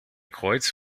kreuz